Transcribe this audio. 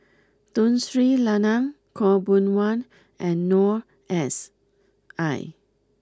Tun Sri Lanang Khaw Boon Wan and Noor S I